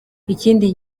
ikindi